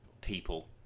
people